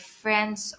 friends